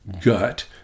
gut